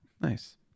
nice